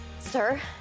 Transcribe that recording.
Sir